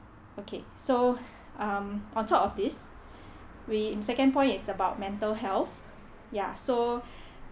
okay so um on top of this we in second point is about mental health ya so